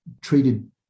treated